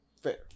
fair